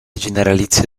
generalizia